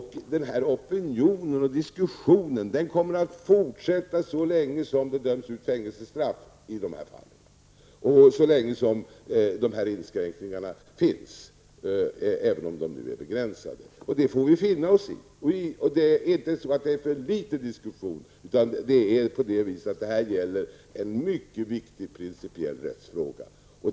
Opinionen kommer att finnas kvar, och diskussionen kommer att fortsätta så länge det döms ut fängelsestraff i de här fallen och så länge dessa inskränkningar finns, även om de nu är begränsade. Det får vi finna oss i. Det är inte fråga om att det förekommer för litet diskussion, utan det är på det sättet att detta gäller en mycket viktig principiell rättsfråga.